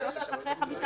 ריבונו של עולם, ההוצאה